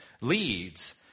leads